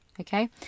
okay